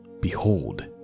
Behold